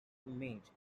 image